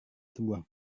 sebuah